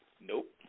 Nope